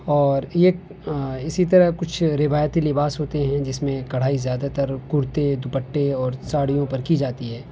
اور ایک اسی طرح کچھ روایتی لباس ہوتے ہیں جس میں کڑھائی زیادہ تر کرتے دپٹے اور ساڑیوں پر کی جاتی ہے